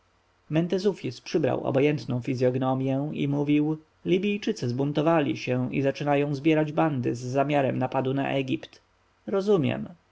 mentezufis przybrał obojętną fizjognomję i mówił libijczycy zbuntowali się i zaczynają zbierać bandy z zamiarem napadu na egipt rozumiem